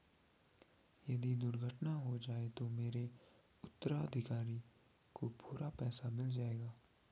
यदि दुर्घटना हो जाये तो मेरे उत्तराधिकारी को पूरा पैसा मिल जाएगा?